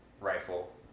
rifle